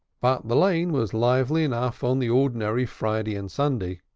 but the lane was lively enough on the ordinary friday and sunday.